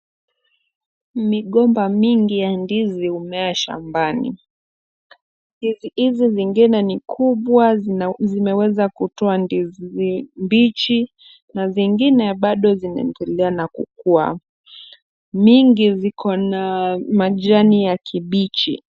Migomba mingi ya ndizi humea shambani. Ndizi hizi zingine ni kubwa zimeweza kutoa ndizi mbichi na zingine bado zinaendelea na kukua. Mingi ziko na majani ya kibichi.